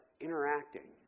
interacting